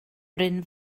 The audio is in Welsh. bryn